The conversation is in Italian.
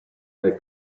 nel